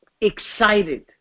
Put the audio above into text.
excited